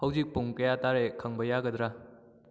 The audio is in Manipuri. ꯍꯧꯖꯤꯛ ꯄꯨꯡ ꯀꯌꯥ ꯇꯥꯔꯦ ꯈꯪꯕ ꯌꯥꯒꯗ꯭ꯔꯥ